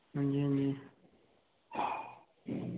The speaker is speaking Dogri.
हां जी हां जी